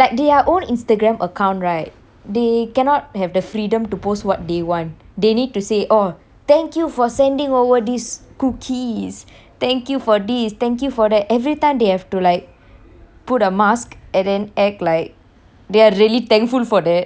like their own instagram account right they cannot have the freedom to post what they want they need to say oh thank you for sending over these cookies thank you for this thank you for that every time they have to like put a mask and then act like they are really thankful for that you know